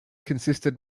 consisted